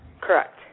Correct